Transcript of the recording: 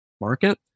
market